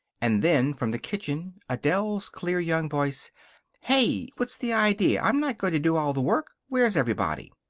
and then, from the kitchen, adele's clear young voice heh! what's the idea! i'm not going to do all the work. where's everybody?